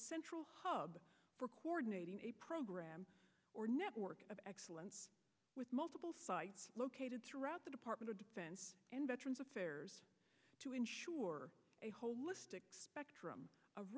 central hub for chording a program or network of excellence with multiple sites located throughout the department of defense and veterans affairs to ensure a holistic spectrum of